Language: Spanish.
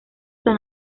san